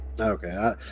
Okay